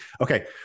Okay